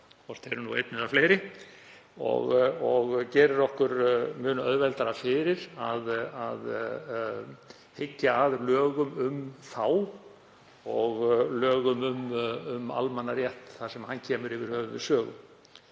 þeir eru einn eða fleiri, og gerir okkur mun auðveldara fyrir að hyggja að lögum um þá og lögum um almannarétt þar sem hann kemur yfir höfuð við sögu.